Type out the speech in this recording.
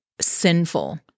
sinful